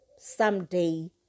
someday